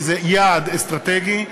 כי זה יעד אסטרטגי,